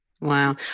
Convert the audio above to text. Wow